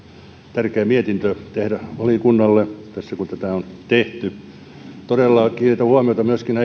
tärkeä mietintö valiokunnalle tehdä tässä kun tätä on tehty todella kiinnitän huomiota myöskin